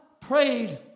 prayed